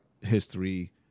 history